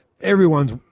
everyone's